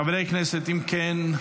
חברי הכנסת, אם כן,